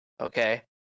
okay